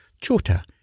Chota